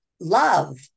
love